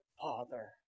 father